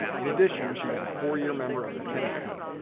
in addition, she was a four-year member of the tennis team.